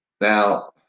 Now